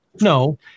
No